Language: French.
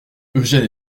eugène